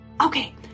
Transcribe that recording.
Okay